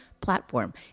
platform